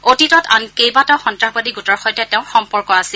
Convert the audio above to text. অতীতত আন কেইবাটাও সন্তাসবাদী গোটৰ সৈতে তেওঁৰ সম্পৰ্ক আছিল